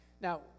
Now